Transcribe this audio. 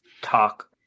talk